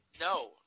No